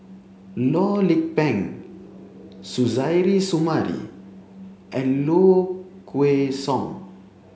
Loh Lik Peng Suzairhe Sumari and Low Kway Song